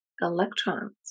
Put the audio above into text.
electrons